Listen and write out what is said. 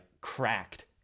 cracked